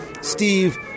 Steve